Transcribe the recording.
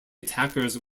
attackers